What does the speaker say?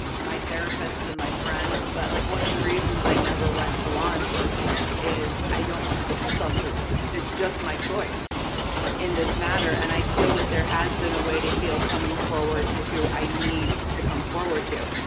my therapists and my friends, but like one of the reasons i never went to law enforcement is i don't wanna put myself through this, it's just my choice in this matter, and i feel that there has been a way to heal coming forward to who i need to come forward to.